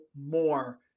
more